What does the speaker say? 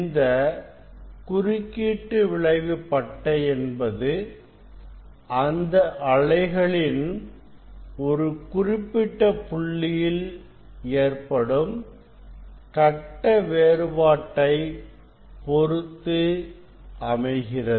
இந்த குறுக்கீட்டு விளைவு பட்டை என்பது அந்த அலைகளின் ஒரு குறிப்பிட்ட புள்ளியில் ஏற்படும் கட்ட வேறுபாட்டைப் பொறுத்து அமைகிறது